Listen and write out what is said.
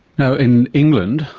now in england,